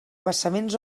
vessaments